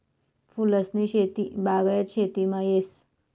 फूलसनी शेती बागायत शेतीमा येस